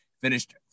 finished